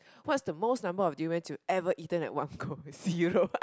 what's the most number of durians that you ever eaten in one go zero